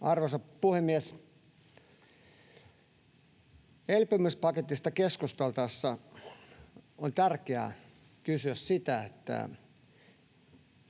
Arvoisa puhemies! Elpymispaketista keskusteltaessa on tärkeää kysyä, mitä